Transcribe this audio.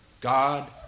God